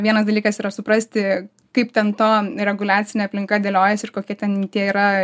vienas dalykas yra suprasti kaip ten ta reguliacinė aplinka dėliojasi ir kokie ten tie yra